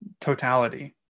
totality